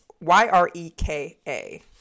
Y-R-E-K-A